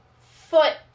foot